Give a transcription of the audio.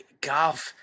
golf